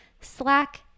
Slack